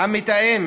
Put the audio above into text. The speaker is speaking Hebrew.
המתאם